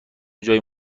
جایی